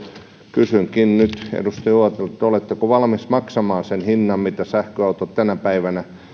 kysynkin nyt edustaja uotilalta oletteko valmis maksamaan sen hinnan mitä sähköautot tänä päivänä